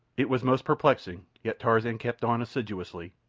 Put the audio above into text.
it was most perplexing yet tarzan kept on assiduously,